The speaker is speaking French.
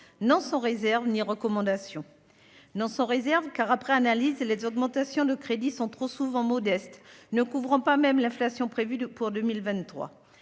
non sans réserves ni recommandations. Non sans réserves, dis-je, car, après analyse, les augmentations de crédits sont trop souvent modestes, ne couvrant pas même l'inflation prévue pour 2023